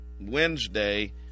Wednesday